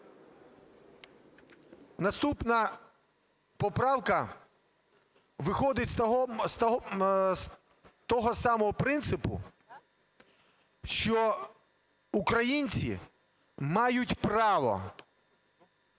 Наступна поправка виходить з того самого принципу, що українці мають право